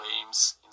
Flames